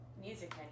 music